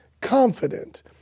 confident